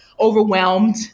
overwhelmed